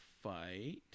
fight